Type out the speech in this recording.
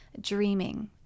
dreaming